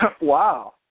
Wow